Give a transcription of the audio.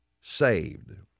saved